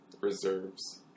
reserves